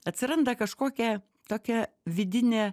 atsiranda kažkokia tokia vidinė